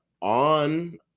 on